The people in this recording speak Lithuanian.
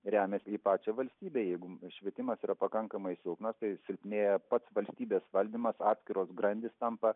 remiasi į pačią valstybę jeigu švietimas yra pakankamai silpnas tai silpnėja pats valstybės valdymas atskiros grandys tampa